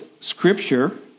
Scripture